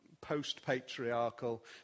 post-patriarchal